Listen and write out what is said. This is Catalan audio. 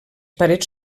parets